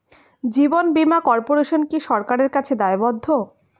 জীবন বীমা কর্পোরেশন কি সরকারের কাছে দায়বদ্ধ?